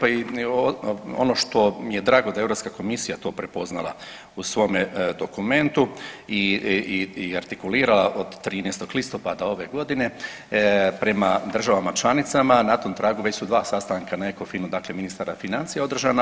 Ono što mi je drago da je Europska komisija to prepoznala u svome dokumentu i artikulirala od 13. listopada ove godine prema državama članicama na tom tragu već su dva sastanka na Ekofinu, dakle ministara financija održana.